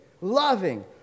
loving